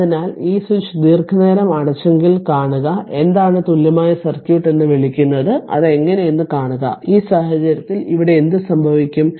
അതിനാൽ ഈ സ്വിച്ച് ദീർഘനേരം അടച്ചെങ്കിൽ കാണുക എന്താണ് തുല്യമായ സർക്യൂട്ട് എന്ന് വിളിക്കുന്നത് അത് എങ്ങനെയെന്ന് കാണുക ഈ സാഹചര്യത്തിൽ ഇവിടെ എന്ത് സംഭവിക്കും